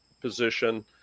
position